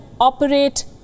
operate